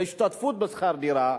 להשתתפות בשכר דירה,